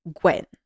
Gwen